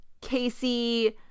Casey